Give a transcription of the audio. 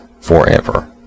forever